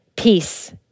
peace